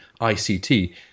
ICT